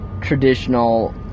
traditional